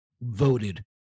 voted